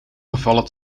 vervallen